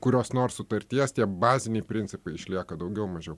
kurios nors sutarties tie baziniai principai išlieka daugiau mažiau